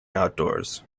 outdoors